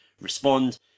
respond